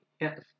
Yes